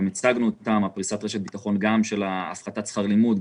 גם את פריסת רשת הביטחון של הפחתת שכר לימוד,